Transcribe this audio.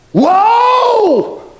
whoa